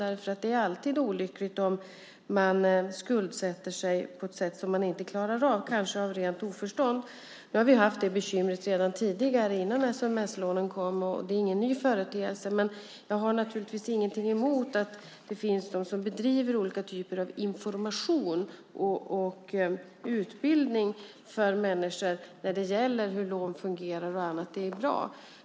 Det är alltid olyckligt om man kanske av rent oförstånd skuldsätter sig på ett sätt som man inte klarar av. Nu har vi haft det bekymret redan tidigare innan sms-lånen kom. Det är ingen ny företeelse. Jag har naturligtvis ingenting emot att det finns de som bedriver olika typer av information och utbildning för människor när det gäller hur lån fungerar och annat. Det är bra.